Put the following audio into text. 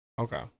okay